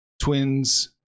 Twins